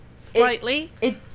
slightly